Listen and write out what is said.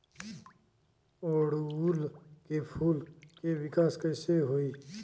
ओड़ुउल के फूल के विकास कैसे होई?